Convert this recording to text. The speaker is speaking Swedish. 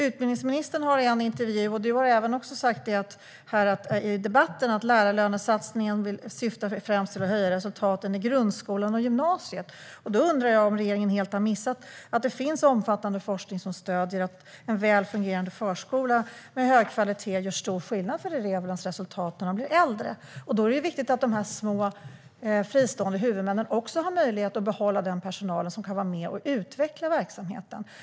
Utbildningsministern har i en intervju sagt - och det har du också sagt i debatten - att lärarlönesatsningen främst syftar till att höja resultaten i grundskolan och på gymnasiet. Då undrar jag om regeringen helt har missat att det finns omfattande forskning som stöder att en väl fungerande förskola med hög kvalitet gör stor skillnad i elevernas resultat när de blir äldre. Då är det viktigt att de små fristående huvudmännen har möjlighet att behålla den personal som kan vara med och utveckla verksamheten.